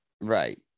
Right